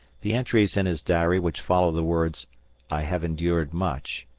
the entries in his diary which follow the words i have endured much,